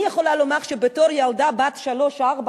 אני יכולה לומר שבתור ילדה בת שלוש-ארבע,